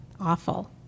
awful